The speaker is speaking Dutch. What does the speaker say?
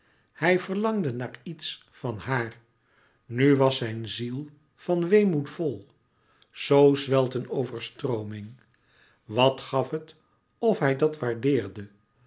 hij verlangde naar iets van haar nu was zijn ziel van weemoed vol zoo zwelt een overstrooming wat gaf het of hij dat waardeerde